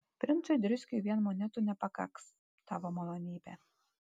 princui driskiui vien monetų nepakaks tavo malonybe